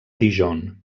dijon